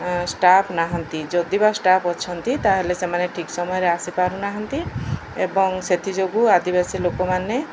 staff ନାହାନ୍ତି ଯଦି ବା ଷ୍ଟାଫ ଅଛନ୍ତି ତାହେଲେ ସେମାନେ ଠିକ୍ ସମୟରେ ଆସିପାରୁନାହାନ୍ତି ଏବଂ ସେଥିଯୋଗୁଁ ଆଦିବାସୀ ଲୋକମାନେ